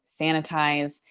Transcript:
sanitize